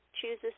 chooses